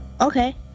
Okay